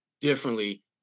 differently